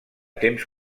temps